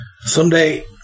Someday